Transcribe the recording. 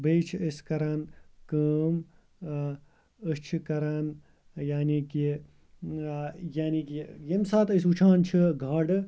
بیٚیہِ چھِ أسۍ کَران کٲم آ أسۍ چھِ کَران یعنی کہِ آ یعنی کہِ ییٚمہِ ساتہٕ أسۍ وٕچھان چھِ گاڈٕ